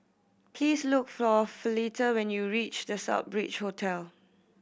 please look for Fleta when you reach The Southbridge Hotel